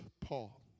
Paul